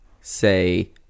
say